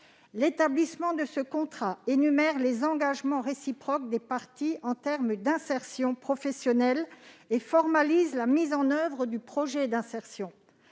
L'établissement de ce contrat permet l'énumération des engagements réciproques des parties en termes d'insertion professionnelle et formalise la mise en oeuvre du projet d'insertion.